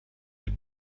des